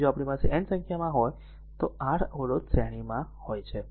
તેથી જો આપણી પાસે N સંખ્યા હોય તો r અવરોધ શ્રેણીમાં હોય છે